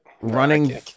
Running